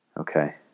Okay